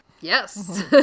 Yes